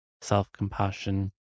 self-compassion